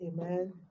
Amen